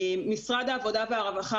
משרד העבודה והרווחה,